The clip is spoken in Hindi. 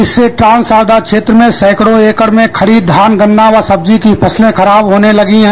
इससे ट्रांस शारदा क्षेत्र में सैकड़ों एकड़ में खड़ी धान गन्ना व सब्जी की फसलें खराब होने लगी हैं